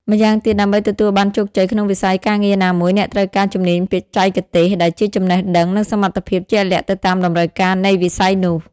ម៉្យាងទៀតដើម្បីទទួលបានជោគជ័យក្នុងវិស័យការងារណាមួយ អ្នកត្រូវការ ជំនាញបច្ចេកទេស ដែលជា ចំណេះដឹង និងសមត្ថភាពជាក់លាក់ទៅតាមតម្រូវការនៃវិស័យនោះ។